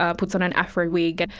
ah puts on an afro wig.